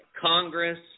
Congress